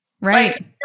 Right